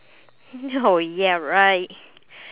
oh ya right